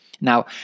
Now